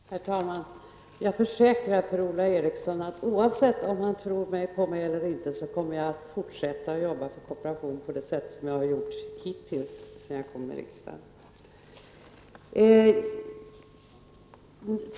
Herr talman! Jag försäkrar Per-Ola Eriksson att oavsett om han tror på mig eller inte kommer jag att fortsätta att jobba för kooperationen på det sätt som jag har gjort hittills sedan jag kom in i riksdagen.